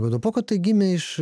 godopoko tai gimė iš